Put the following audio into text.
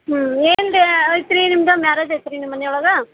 ಹ್ಞೂ ಏನ್ದ್ ಐತ್ರೀ ನಿಮ್ಮದು ಮ್ಯಾರೇಜ್ ಐತ್ರೀ ನಿಮ್ಮ ಮನೆಯೊಳಗ